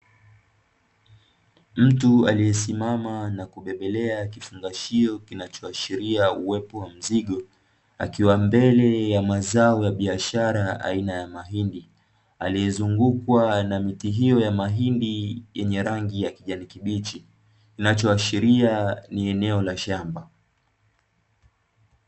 Mtu aliyesimama na kubebelea kifungashio kinachoashiria uwepo wa mzigo, akiwa mbele ya mazao ya biashara aina ya mahindi, aliyezungukwa na miti hiyo ya mahindi yenye rangi ya kijani kibichi, kinachoashiria ni eneo la shamba.